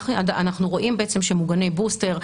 אנחנו רואים בעצם שמוגני בוסטר,